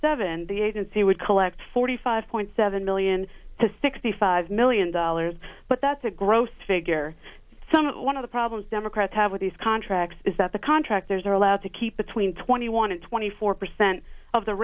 seven the agency would collect forty five point seven million to sixty five million dollars but that's a gross figure some one of the problems democrats have with these contracts is that the contractors are allowed to keep between twenty one and twenty four percent of the